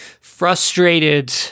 frustrated